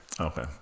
Okay